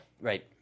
right